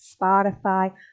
Spotify